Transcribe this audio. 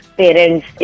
parents